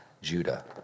Judah